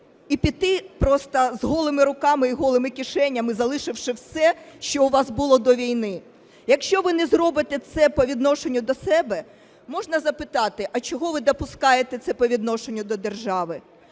і піти просто з голими руками і голими кишенями, залишивши все, що у вас було до війни? Якщо ви не зробите це по відношенню до себе, можна запитати: а чого ви допускаєте це по відношенню до держави.